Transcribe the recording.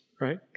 right